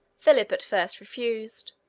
philip at first refused,